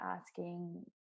asking